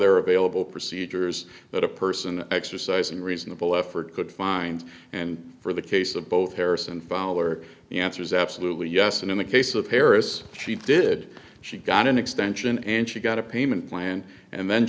there available procedures that a person exercising reasonable left it could find and for the case of both harrison fowler the answer is absolutely yes and in the case of paris she did she got an extension and she got a payment plan and then